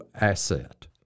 asset